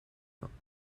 vingts